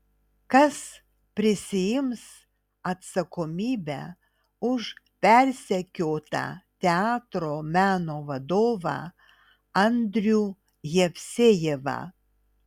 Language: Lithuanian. kas prisiims atsakomybę už persekiotą teatro meno vadovą andrių jevsejevą